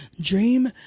Dream